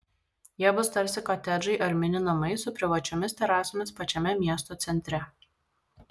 jie bus tarsi kotedžai ar mini namai su privačiomis terasomis pačiame miesto centre